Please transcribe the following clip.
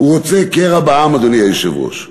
הוא רוצה קרע בעם, אדוני היושב-ראש,